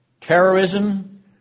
terrorism